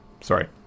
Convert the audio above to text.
Sorry